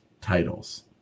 titles